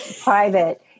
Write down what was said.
private